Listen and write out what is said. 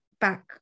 back